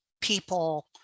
people